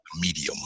medium